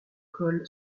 col